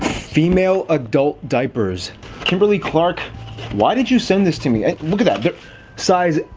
female adult diapers kimberly-clark why did you send this to me look at that size?